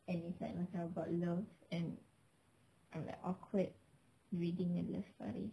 and it's like macam about love and I'm like awkward reading a love story